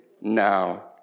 now